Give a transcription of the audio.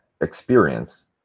experience